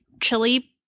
chili